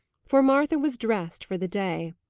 for martha was dressed for the day.